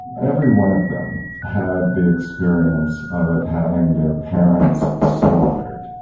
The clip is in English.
everyone of them had the experience of having their parents slaughtered.